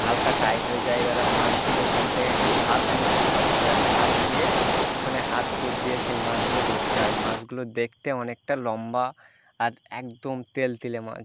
হালকা টাইট হয়ে যায় এবারে মাছগুলো ওখান থেকে একটা খাত মতন করে এবার খাত দিয়ে ওখানে হাত পুরে দিয়ে সেই মাছগুলো ধরতে হয় মাছগুলো দেখতে অনেকটা লম্বা আর একদম তেলতেলে মাছ